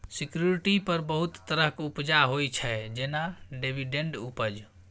security पर बहुत तरहक उपजा होइ छै जेना डिवीडेंड उपज